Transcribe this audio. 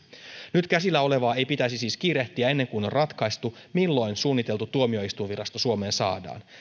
nyt käsillä olevaa ei pitäisi siis kiirehtiä ennen kuin on ratkaistu milloin suunniteltu tuomioistuinvirasto suomeen saadaan